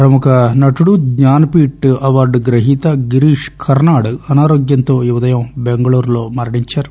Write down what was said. ప్రముఖ నటుడు జ్ఞానపీఠ్ అవార్డు గ్రహీత గిరీష్ కర్పాడ్ అనారోగ్యంతో ఈ ఉదయం బెంగుళూరులో మరణించారు